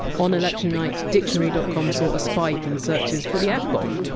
on election night, dictionary dot com saw a spike in searches for the yeah f-bomb,